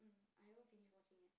I haven't finish watching yet